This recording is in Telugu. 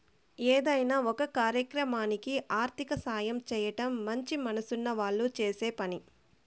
ఏదైనా ఒక కార్యక్రమానికి ఆర్థిక సాయం చేయడం మంచి మనసున్న వాళ్ళు చేసే పని